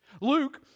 Luke